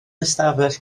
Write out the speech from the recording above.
ystafell